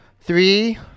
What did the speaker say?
three